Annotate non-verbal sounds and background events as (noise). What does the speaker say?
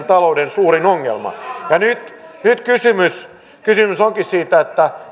(unintelligible) taloutemme suurin ongelma nyt nyt kysymys kysymys onkin siitä